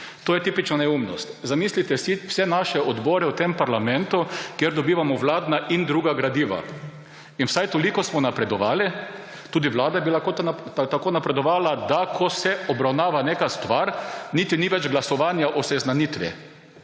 To je tipična neumnost. Zamislite si vse naše odbore v tem parlamentu, kjer dobivamo vladna in druga gradiva. Vsaj toliko smo napredovali, tudi Vlada je tako napredovala, da ko se obravnava neka stvar, niti ni več glasovanja o seznanitvi.